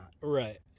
Right